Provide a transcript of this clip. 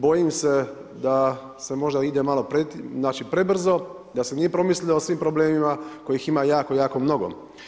Bojim se da se možda ide malo prebrzo, da se nije promislilo o svim problemima kojih ima jako, jako mnogo.